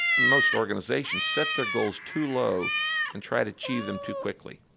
most organizations set their goals too low and try to achieve them too quickly.